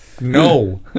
No